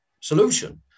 solution